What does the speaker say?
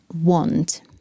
want